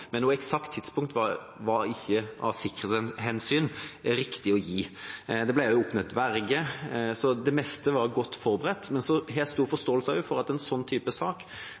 men noe eksakt tidspunkt var det av sikkerhetshensyn ikke riktig å gi. Det ble oppnevnt verge – så det meste var godt forberedt. Så har jeg stor forståelse for at en sånn type sak